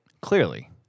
Clearly